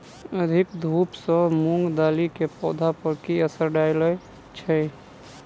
अधिक धूप सँ मूंग दालि केँ पौधा पर की असर डालय छै?